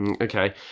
Okay